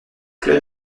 club